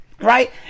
Right